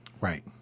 Right